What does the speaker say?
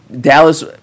Dallas